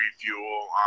refuel